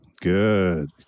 Good